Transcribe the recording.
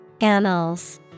Annals